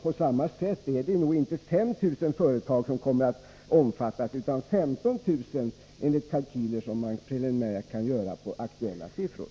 Likaledes är det nog inte 5 000 företag som kommer att omfattas utan 15 000, enligt kalkyler som preliminärt kan göras på aktuella siffror.